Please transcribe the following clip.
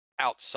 outside